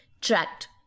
Tracked